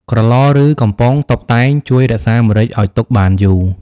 ក្រឡ ឬ កំប៉ុងតុបតែង ជួយរក្សាម្រេចឱ្យទុកបានយូរ។